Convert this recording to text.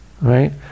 Right